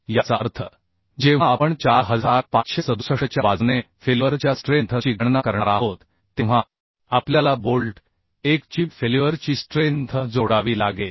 याचा अर्थ जेव्हा आपण 4567 च्या बाजूने फेल्युअर च्या स्ट्रेंथ ची गणना करणार आहोत तेव्हा आपल्याला बोल्ट 1 ची फेल्युअर ची स्ट्रेंथ जोडावी लागेल